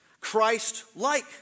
Christ-like